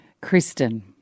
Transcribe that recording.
Kristen